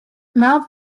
mount